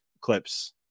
clips